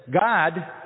God